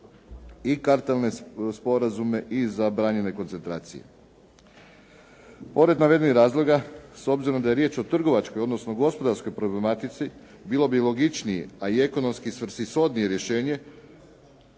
i kartalne sporazume i zabranjene koncentracije. Pored navedenih razloga, s obzirom da je riječ o trgovačkoj, odnosno gospodarskoj problematici, bilo bi logičnije, a i ekonomski svrsishodnije rješenje